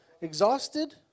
Exhausted